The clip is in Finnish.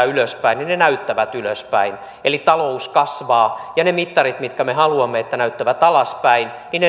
ylöspäin näyttävät ylöspäin eli talous kasvaa ja ne mittarit joiden me haluamme näyttävän alaspäin